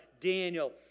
Daniel